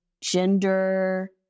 gender